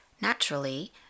Naturally